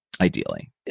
ideally